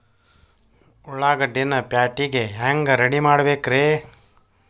ಉಳ್ಳಾಗಡ್ಡಿನ ಪ್ಯಾಟಿಗೆ ಹ್ಯಾಂಗ ರೆಡಿಮಾಡಬೇಕ್ರೇ?